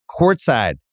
courtside